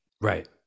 Right